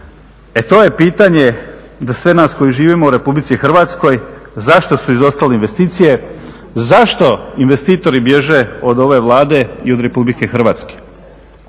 E to je pitanje za sve nas koji živimo u Republici Hrvatskoj zašto su izostale investicije, zašto investitori bježe od ove Vlade i od Republike Hrvatske?